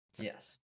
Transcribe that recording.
Yes